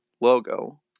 logo